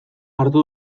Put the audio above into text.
hartu